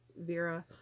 Vera